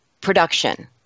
production